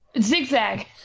zigzag